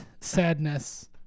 Sadness